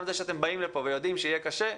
גם זה שאתם באים לכאן ויודעים שיהיה קשה,